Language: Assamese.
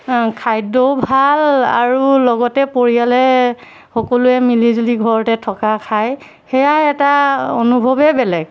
খাদ্যও ভাল আৰু লগতে পৰিয়ালে সকলোৱে মিলি জুলি ঘৰতে থকা খায় সেয়া এটা অনুভৱেই বেলেগ